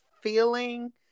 feeling